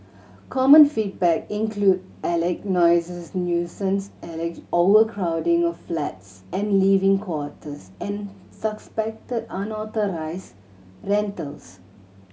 common feedback included alleged noises nuisance alleged overcrowding of flats and living quarters and suspected unauthorised rentals